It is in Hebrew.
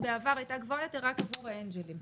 בעבר הייתה גבוהה ביותר רק עבור האנג'לים.